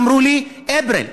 אמרו לי: אפריל.